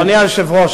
אדוני היושב-ראש,